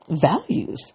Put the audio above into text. values